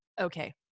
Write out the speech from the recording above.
okay